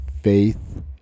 faith